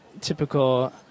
typical